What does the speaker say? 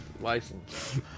license